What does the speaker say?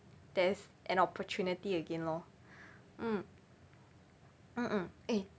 there's an opportunity again lor mm mm mm eh